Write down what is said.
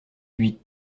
huit